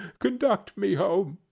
conduct me home.